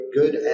good